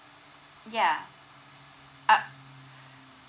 ya uh